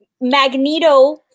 Magneto